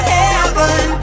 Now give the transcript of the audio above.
heaven